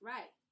Right